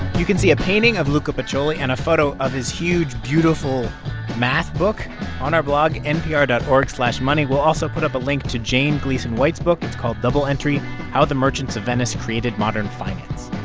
you can see a painting of luca pacioli and a photo of his huge, beautiful math book on our blog, npr dot org slash money. we'll also put up a link to jane gleeson-white's book. it's called double entry how the merchants of venice created modern finance.